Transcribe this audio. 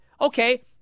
Okay